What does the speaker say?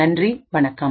நன்றி வணக்கம்